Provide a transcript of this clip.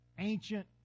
ancient